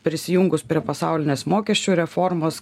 prisijungus prie pasaulinės mokesčių reformos